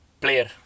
Player